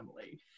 family